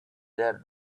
there